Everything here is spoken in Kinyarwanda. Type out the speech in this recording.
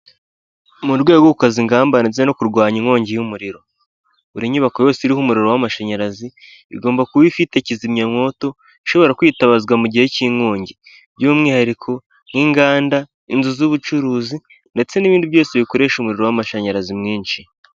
Mu rwego rwo gukaza ingamba ndetse no kurwanya inkongi y'umuriro. Buri nyubako yose iriho umuriro w'amashanyarazi, igomba kuba ifite kizimyamwoto ishobora kwitabazwa mu gihe cy'inkongi, by'umwihariko nk'inganda, inzu z'ubucuruzi ndetse n'ibindi byose bikoresha umuriro w'amashanyarazi mwinshi.